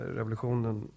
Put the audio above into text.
revolutionen